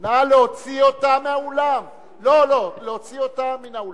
לא, לא, להוציא אותה מן האולם.